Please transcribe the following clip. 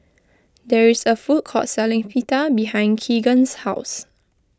there is a food court selling Pita behind Keagan's house